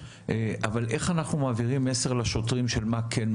אבל איך אנחנו מעבירים מסר לשוטרים של מה כן,